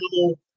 animal